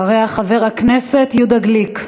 אחריה, חבר הכנסת יהודה גליק.